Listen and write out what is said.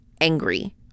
angry